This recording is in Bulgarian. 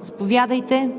заповядайте.